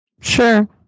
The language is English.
Sure